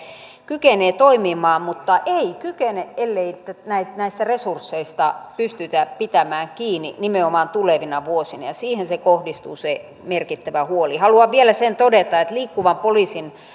kykenee toimimaan mutta ei kykene ellei näistä resursseista pystytä pitämään kiinni nimenomaan tulevina vuosina ja siihen kohdistuu se merkittävä huoli haluan vielä sen todeta että liikkuvan poliisin